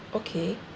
okay